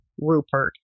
Rupert